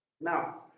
now